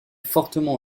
fortement